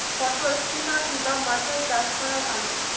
পটল কি মাটি বা মাচায় চাষ করা ভালো?